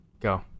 go